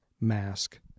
mask